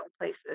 places